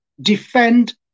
Defend